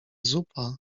zupa